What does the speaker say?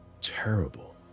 terrible